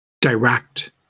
Direct